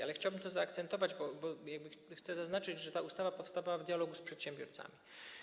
Ale chciałbym to zaakcentować, bo chcę zaznaczyć, że ta ustawa powstawała w dialogu z przedsiębiorcami.